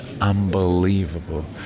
unbelievable